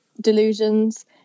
delusions